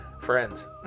friends